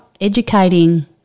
educating